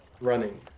running